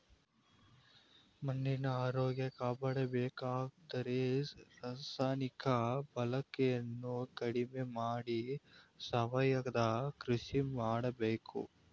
ಮಣ್ಣಿನ ಆರೋಗ್ಯ ಕಾಪಾಡಬೇಕಾದರೆ ರಾಸಾಯನಿಕ ಬಳಕೆಯನ್ನು ಕಡಿಮೆ ಮಾಡಿ ಸಾವಯವ ಕೃಷಿ ಮಾಡಬೇಕು